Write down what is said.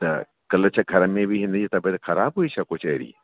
त कल्ह छा घर में बि हिन जी तबियत ख़राबु हुई कुझु अहिड़ी